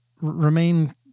remain